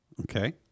Okay